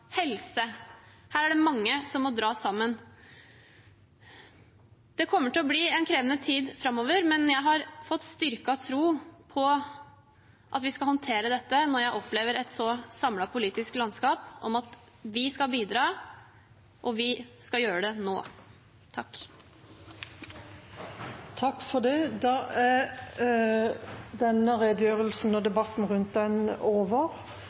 helse: Her er det mange som må dra sammen. Det kommer til å bli en krevende tid framover, men jeg har fått styrket tro på at vi skal håndtere dette når jeg opplever et så samlet politisk landskap om at vi skal bidra – og vi skal gjøre det nå. Takk. Presidenten vil foreslå at justis- og